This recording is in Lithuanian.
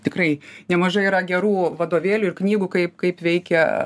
tikrai nemažai yra gerų vadovėlių ir knygų kaip kaip veikia